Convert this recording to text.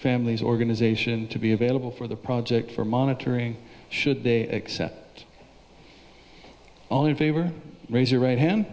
families organization to be available for the project for monitoring should they accept only favor raise your right hand